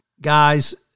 guys